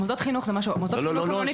מוסדות חינוך הם לא נתמכים.